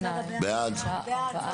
הצבעה בעד